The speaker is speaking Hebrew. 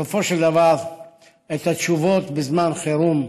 בסופו של דבר את התשובות בזמן חירום,